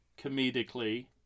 comedically